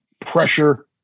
pressure